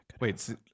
Wait